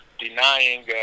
denying